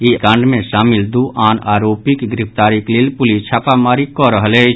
ई कांड मे शामिल दू आन आरोपिक गिरफ्तारीक लेल पुलिस छापामारी कऽ रहल अछि